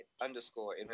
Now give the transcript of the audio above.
underscore